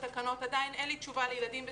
עדיין אין לי תשובה לילדים בסיכון.